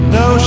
no